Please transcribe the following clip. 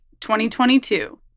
2022